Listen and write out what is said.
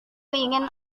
ingin